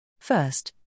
First